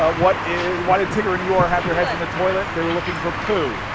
ah what is why did tigger and eeyore have their heads in the toilet? they were looking for pooh